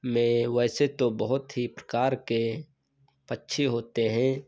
में वैसे तो बहुत ही प्रकार के पक्षी होते हैं